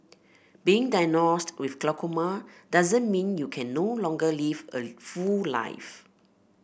being diagnosed with glaucoma doesn't mean you can no longer live a full life